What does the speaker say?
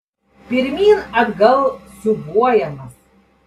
pirmyn atgal siūbuojamas